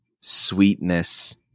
sweetness